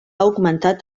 augmentat